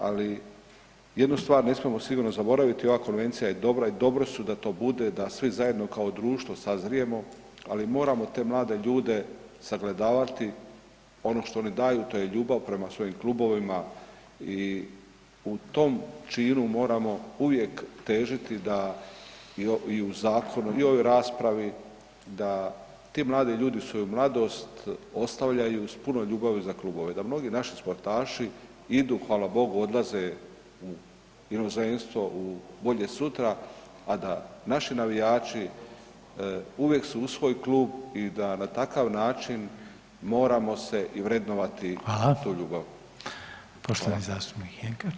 Ali jednu stvar ne smijemo sigurno zaboraviti, ova konvencija je dobra i dobro su da to bude, da svi zajedno kao društvo sazrijemo, ali moramo te mlade ljude sagledavati, ono što oni daju to je ljubav prema svojim klubovima i u tom činu moramo uvijek težiti da i u zakonu i u ovoj raspravi, da ti mladi ljudi svoju mladost ostavljaju s puno ljubavi za klubove, da mnogi naši sportaši idu, hvala Bogu, odlaze u inozemstvo, u bolje sutra, a da naši navijači uvijek su uz svoj klub i da na takav način moramo se i vrednovati [[Upadica: Hvala]] tu ljubav.